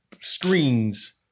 screens